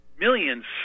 millions